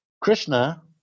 Krishna